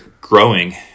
growing